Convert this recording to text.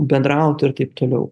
bendrauti ir taip toliau